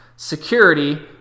security